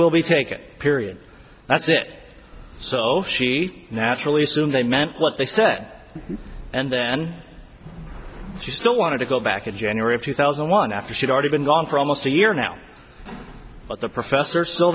will be taken period that's it so she naturally assumed they meant what they said and then she still wanted to go back to january of two thousand and one after she'd already been gone for almost a year now but the professor s